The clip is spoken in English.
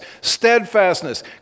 Steadfastness